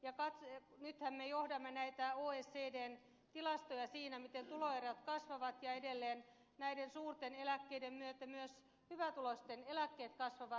nythän me johdamme näitä oecdn tilastoja siinä miten tuloerot kasvavat ja edelleen näiden suurten eläkkeiden myötä myös hyvätuloisten eläkkeet kasvavat